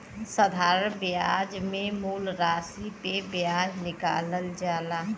साधारण बियाज मे मूल रासी पे बियाज निकालल जाला